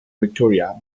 victoria